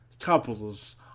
Couples